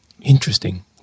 Interesting